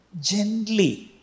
Gently